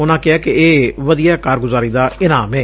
ਉਨੂਾਂ ਕਿਹਾ ਕਿ ਇਹ ਵਧੀਆ ਕਾਰਗੁਜ਼ਾਰੀ ਦਾ ਇਨਾਮ ਏ